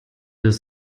deux